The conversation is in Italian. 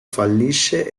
fallisce